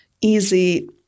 easy